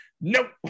nope